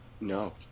No